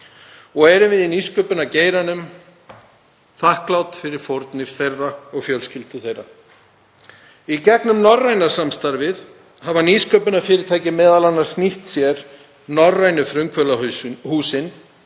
og erum við í nýsköpunargeiranum þakklát fyrir fórnir þeirra og fjölskyldna þeirra. Í gegnum norræna samstarfið hafa nýsköpunarfyrirtæki m.a. nýtt sér norrænu frumkvöðlahúsin,